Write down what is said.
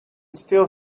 still